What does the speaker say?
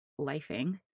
lifing